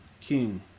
king